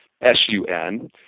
S-U-N